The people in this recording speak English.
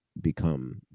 become